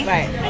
Right